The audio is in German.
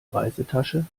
reisetasche